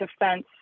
defense